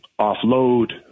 offload